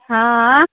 हँ